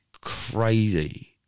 crazy